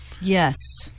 yes